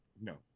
No